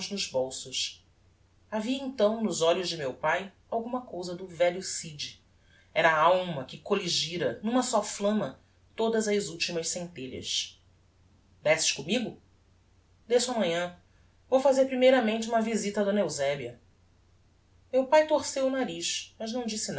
bolsos havia então nos olhos de meu pae alguma cousa do velho cid era a alma que colligira n'uma só flamma todas as ultimas scentelhas desces commigo desço amanhã vou fazer primeiramente uma visita a d eusebia meu pae torceu o nariz mas não disse